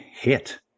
hit